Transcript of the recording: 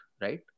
right